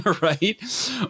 right